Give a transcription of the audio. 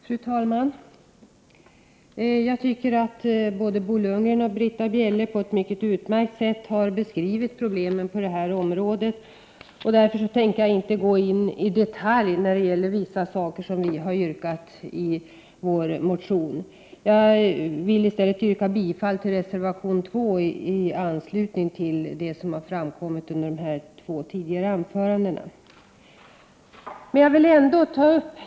Fru talman! Jag tycker att både Bo Lundgren och Britta Bjelle på ett utmärkt sätt har beskrivit problemen på detta område. Därför har jag inte för avsikt att gå in i detalj när det gäller vissa yrkanden i vår motion. Jag vill i stället, i anslutning till det som har framkommit i de två tidigare anförandena, yrka bifall till reservation 2.